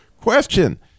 question